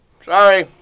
sorry